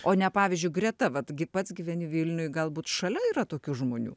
o ne pavyzdžiui greta vat gi pats gyveni vilniuj galbūt šalia yra tokių žmonių